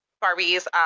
Barbie's